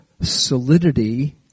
solidity